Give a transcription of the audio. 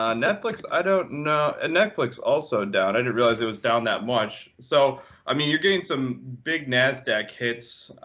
um netflix, i don't know. ah netflix also down. i didn't realize it was down that much. so i mean, you're getting some big nasdaq hits.